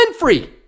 Winfrey